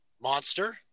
Monster